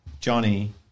Johnny